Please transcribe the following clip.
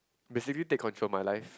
basically take control of my life